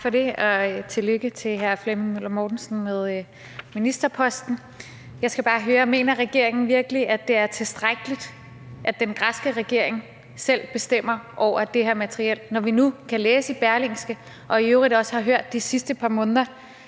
Tak for det, og tillykke med ministerposten. Jeg skal bare høre, om regeringen virkelig mener, at det er tilstrækkeligt, at den græske regering selv bestemmer over det her materiel, når vi nu kan læse i Berlingske og i øvrigt også har hørt de sidste par måneder,